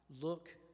look